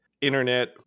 internet